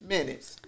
Minutes